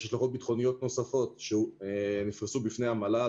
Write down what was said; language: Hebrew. יש השלכות ביטחוניות נוספות שנפרסו בפני המל"ל,